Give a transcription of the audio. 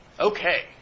Okay